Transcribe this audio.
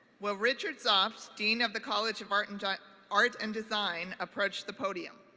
will richard zoft, dean of the college of art and di art and design approached the podium?